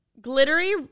glittery